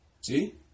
See